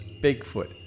Bigfoot